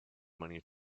money